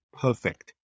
perfect